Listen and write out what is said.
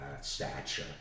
stature